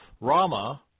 Rama